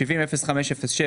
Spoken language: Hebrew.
תכנית 70-05-07,